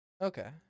Okay